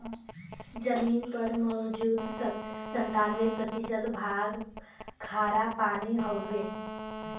जमीन पर मौजूद सत्तानबे प्रतिशत भाग खारापानी हउवे